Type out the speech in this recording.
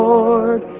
Lord